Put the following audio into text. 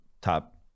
top